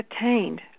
attained